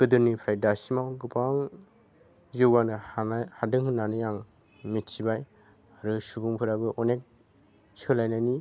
गोदोनिफ्राय दासिमाव गोबां जौगानो हानाय हादों होननानै आं मिथिबाय आरो सुबुंफोराबो अनेक सोलायनायनि